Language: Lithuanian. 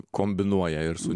kombinuoja ir su